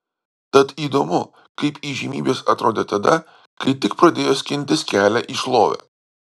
tad įdomu kaip įžymybės atrodė tada kai tik pradėjo skintis kelią į šlovę